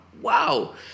wow